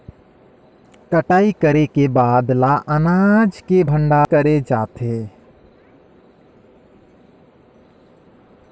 कटाई करे के बाद ल अनाज के भंडारण किसे करे जाथे?